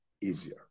easier